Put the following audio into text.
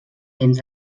dins